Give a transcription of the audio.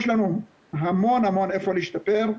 יש לנו המון איפה להשתפר,